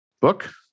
book